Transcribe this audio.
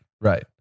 Right